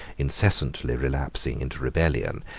incessantly relapsing into rebellion,